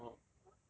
orh orh